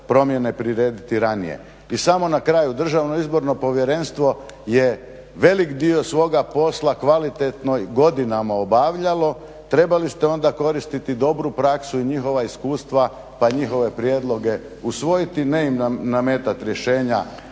I samo na kraju, DIP je velik dio svoga posla kvalitetno godinama obavljalo, trebali ste onda koristiti dobru praksu i njihova iskustva pa njihove prijedloge usvojiti, ne im nametati rješenja